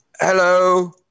Hello